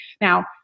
Now